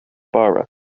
bara